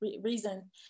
reason